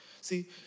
See